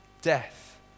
death